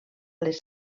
les